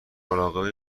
مراقب